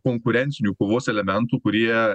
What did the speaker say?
konkurencinių kovos elementų kurie